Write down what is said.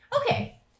Okay